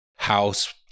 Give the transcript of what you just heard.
house